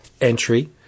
entry